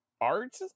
art